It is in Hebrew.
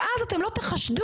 ואז אתם לא תחשדו,